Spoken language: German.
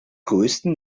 größten